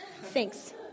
Thanks